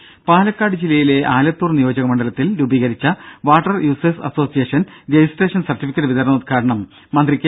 ദ്ദേ പാലക്കാട് ജില്ലയിലെ ആലത്തൂർ നിയോജക മണ്ഡലത്തിൽ രൂപീകരിച്ച water users association registration certificate വിതരണോദ്ഘാടനം മന്ത്രി കെ